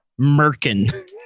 Merkin